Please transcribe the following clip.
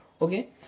okay